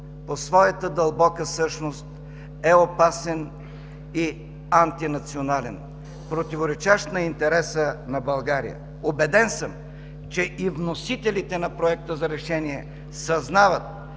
по своята дълбока същност е опасен и антинационален, противоречащ на интереса на България. Убеден съм, че и вносителите на Проекта за решение съзнават,